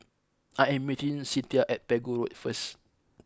I am meeting Cinthia at Pegu Road first